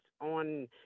on –